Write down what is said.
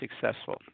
successful